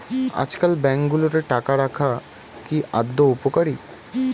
আজকাল ব্যাঙ্কগুলোতে টাকা রাখা কি আদৌ উপকারী?